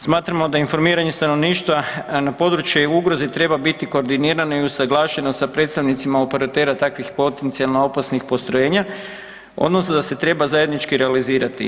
Smatramo da informiranje stanovništva na područje ugroze treba biti koordinirano i usuglašeno sa predstavnicima operatera takvih potencijalno opasnih postrojenja odnosno da se treba zajednički realizirati.